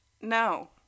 No